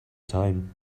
time